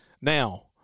Now